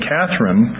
Catherine